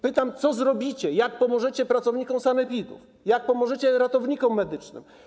Pytam: Co zrobicie, jak pomożecie pracownikom sanepidów, jak pomożecie ratownikom medycznym?